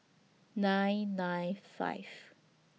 nine nine five